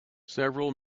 several